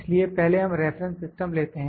इसलिए पहले हम रेफरेंस सिस्टम लेते हैं